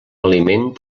aliment